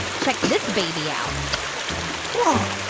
check this baby out whoa.